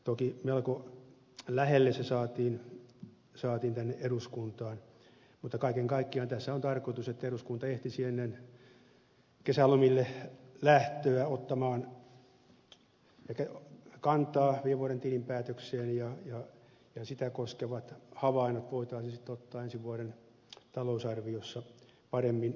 toki melko lähelle päästiin että se saatiin tänne eduskuntaan mutta kaiken kaikkiaan tässä on tarkoitus että eduskunta ehtisi ennen kesälomille lähtöä ottamaan kantaa viime vuoden tilinpäätökseen ja sitä koskevat havainnot voitaisiin sitten ottaa ensi vuoden talousarviossa paremmin huomioon